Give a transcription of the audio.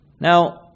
Now